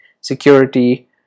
security